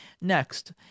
next